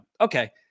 okay